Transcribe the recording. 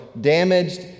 damaged